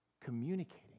communicating